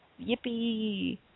Yippee